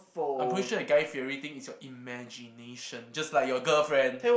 I'm pretty sure your guy-fieri thing is your imagination just like your girlfriend